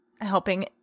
helping